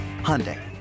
Hyundai